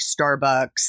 Starbucks